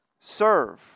serve